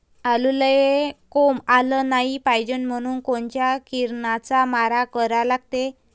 आलूले कोंब आलं नाई पायजे म्हनून कोनच्या किरनाचा मारा करा लागते?